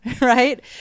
right